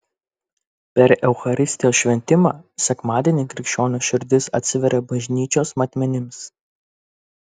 per eucharistijos šventimą sekmadienį krikščionio širdis atsiveria bažnyčios matmenims